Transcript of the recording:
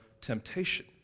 temptation